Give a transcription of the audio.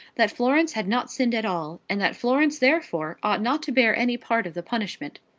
that florence had not sinned at all, and that florence therefore ought not to bear any part of the punishment.